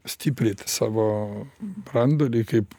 stipriti savo branduolį kaip